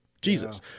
Jesus